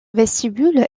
vestibule